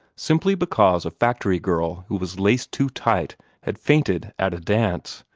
simply because a factory girl who was laced too tight had fainted at a dance.